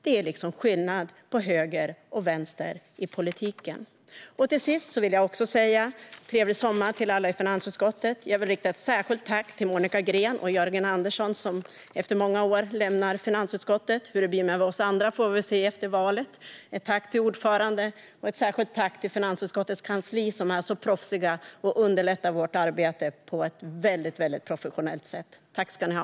Det är liksom skillnad på höger och vänster i politiken. Till sist vill jag också säga trevlig sommar till alla i finansutskottet. Jag vill rikta ett särskilt tack till Monica Green och Jörgen Andersson som efter många år lämnar finansutskottet - hur det blir med oss andra får vi se efter valet. Tack till ordföranden, och ett särskilt tack till finansutskottets kansli som är så proffsigt och underlättar vårt arbete på ett väldigt professionellt sätt. Tack ska ni ha!